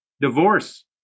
Divorce